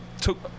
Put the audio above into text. took